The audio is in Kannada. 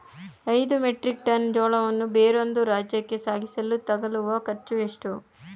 ಐದು ಮೆಟ್ರಿಕ್ ಟನ್ ಜೋಳವನ್ನು ಬೇರೊಂದು ರಾಜ್ಯಕ್ಕೆ ಸಾಗಿಸಲು ತಗಲುವ ಖರ್ಚು ಎಷ್ಟು?